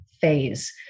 phase